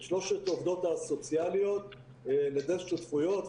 שלוש העובדות הסוציאליות לדסק שותפויות.